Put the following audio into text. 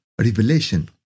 revelation